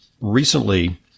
recently